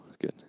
good